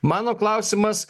mano klausimas